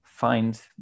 find